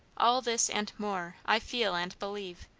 all this, and more, i feel and believe.